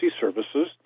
Services